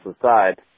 aside